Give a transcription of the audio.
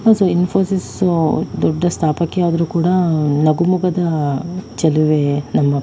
so Infosys ದೊಡ್ಡ ಸ್ಥಾಪಕಿ ಆದರೂ ಕೂಡ ನಗುಮೊಗದ ಚೆಲುವೆ ನಮ್ಮ